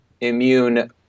immune